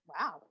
Wow